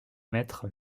maître